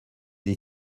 des